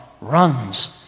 runs